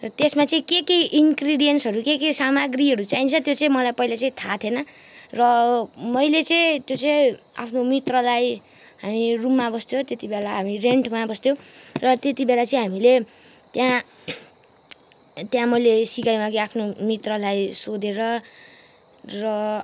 र त्यसमा चाहिँ के के इन्ग्रिडियन्सहरू के के सामग्रीहरू चाहिन्छ त्यो चाहिँ मलाई पहिला चाहिँ थाहा थिएन र मैले चाहिँ त्यो चाहिँ आफ्नो मित्रलाई हामी रुममा बस्थ्यौँ त्यति बेला हामी रेन्टमा बस्थ्यौँ र त्यति बेला चाहिँ हामीले त्यहाँ त्यहाँ मैले सिकाइमागेँ आफ्नो मित्रलाई सोधेर र